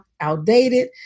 outdated